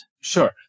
Sure